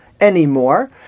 anymore